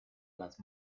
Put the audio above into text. las